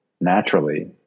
naturally